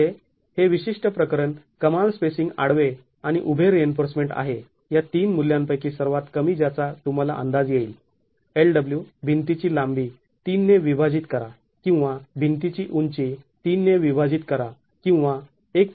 येथे हे विशिष्ट प्रकरण कमाल स्पेसिंग आडवे आणि उभे रिइन्फोर्समेंट आहे या तीन मुल्यांपैकी सर्वात कमी ज्याचा तुम्हाला अंदाज येईल lw भिंतीची लांबी ३ ने विभाजित करा किंवा भिंतीची उंची ३ ने विभाजित करा किंवा १